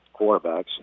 quarterbacks